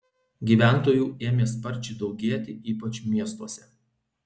gyventojų ėmė sparčiai daugėti ypač miestuose